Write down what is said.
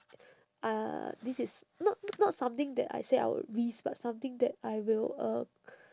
uh this is not not something that I say I would risk but something that I will uh